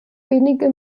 wenige